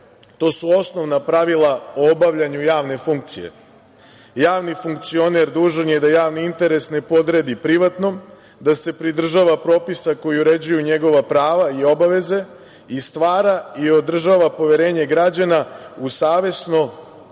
to su osnovna pravila o obavljanju javne funkcije. Javni funkcioner dužan je da javni interes ne podredi privatnom, da se pridržava propisa koji uređuju njegova prava i obaveze i stvara i održava poverenje građana u savesno